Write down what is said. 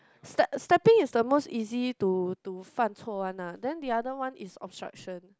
step stepping is the most easy to to 犯错 one ah then the other one is obstruction